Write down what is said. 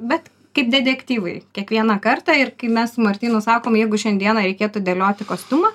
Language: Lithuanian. bet kaip dedektyvai kiekvieną kartą ir kai mes su martynu sakom jeigu šiandieną reikėtų dėlioti kostiumą